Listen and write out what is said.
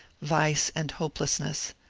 vice, and hopelessness.